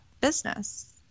business